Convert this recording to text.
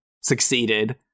succeeded